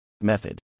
Method